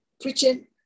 preaching